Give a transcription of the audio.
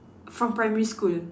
from primary school